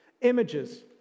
images